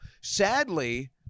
sadly